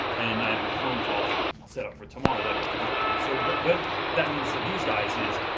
and and i have a phone call set up for tomorrow that has to do with that. and so what but that means to these guys is,